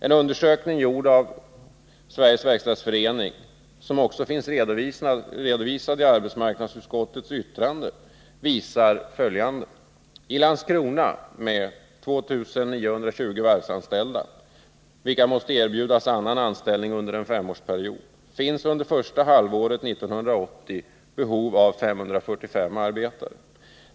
En undersökning gjord av Sveriges Verkstadsförening, som också finns redovisad i arbetsmarknadsutskottets betänkande, visar följande: anställning under en femårsperiod finns under första halvåret 1980 behov av 545 arbetare.